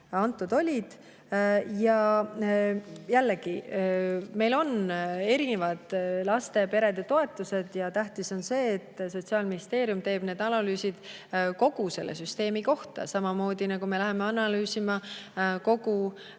anti. Ja jällegi, meil on erinevad laste- ja peretoetused. Tähtis on see, et Sotsiaalministeerium teeb analüüsi kogu selle süsteemi kohta. Samamoodi me läheme analüüsima kogu